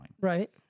Right